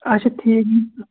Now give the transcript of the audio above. اَچھا ٹھیٖک